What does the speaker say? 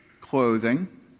clothing